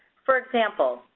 for example,